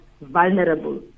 vulnerable